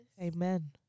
amen